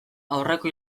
aurreko